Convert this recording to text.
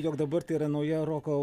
jog dabar tai yra nauja roko